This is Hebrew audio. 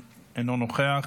אינו נוכח,